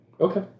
Okay